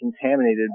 contaminated